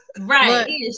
right